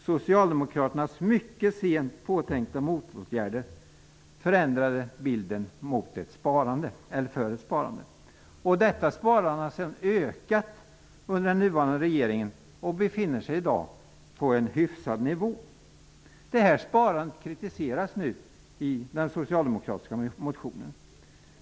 Socialdemokraternas mycket sent påtänkta motåtgärder förändrade bilden för ett sparande. Detta sparande har ökat under nuvarande regering och befinner sig i dag på en hyfsad nivå. Detta sparande kritiseras i den socialdemokratiska motionen.